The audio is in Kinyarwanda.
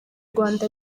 rwanda